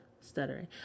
stuttering